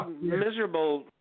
miserable